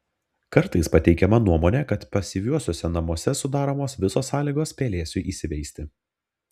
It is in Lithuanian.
kartais pateikiama nuomonė kad pasyviuosiuose namuose sudaromos visos sąlygos pelėsiui įsiveisti